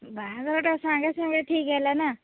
ବାହାଘରଟା ସାଙ୍ଗେ ସାଙ୍ଗେ ଠିକ୍ ହେଲା ନା